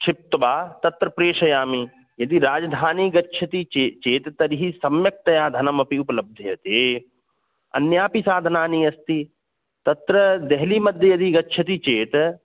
क्षिप्त्वा तत्र प्रेषयामि यदि राजधानी गच्छति चे चेत् तर्हि सम्यक्तया धनमपि उपलभ्यते अन्यापि साधनानि अस्ति तत्र देहलि मध्ये यदि गच्छति चेत्